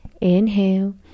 inhale